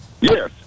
Yes